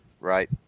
Right